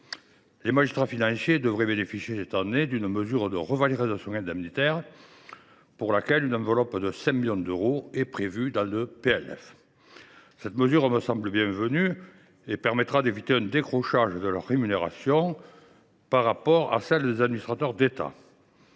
Les magistrats financiers devraient bénéficier cette année d’une mesure de revalorisation indemnitaire, pour laquelle une enveloppe de 5 millions d’euros est prévue dans le PLF. Cette mesure me semble bienvenue et permettra d’éviter un décrochage de leur rémunération par rapport à celle des administrateurs de l’État.